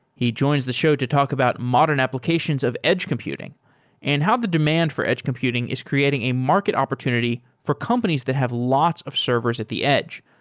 he joins the show to talk about modern applications of edge computing and how the demand for edge computing is creating a market opportunity for companies that have lots of servers at the edge,